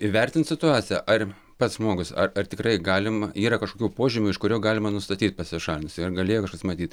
įvertint situaciją ar pats žmogus ar ar tikrai galim yra kažkokių požymių iš kurio galima nustatyt pasišalinusį ar galėjo kažkas matyt